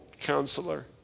counselor